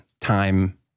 Time